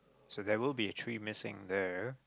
so there will be a tree missing there